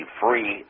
free